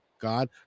God